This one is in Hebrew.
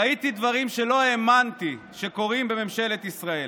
ראיתי דברים שלא האמנתי שקורים בממשלת ישראל.